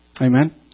Amen